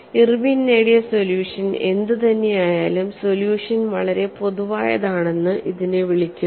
Irwin നേടിയ solution എന്തുതന്നെയായാലും solution വളരെ പൊതുവായതാണെന്ന് ഇതിനെ വിളിക്കുന്നു